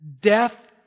Death